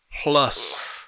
plus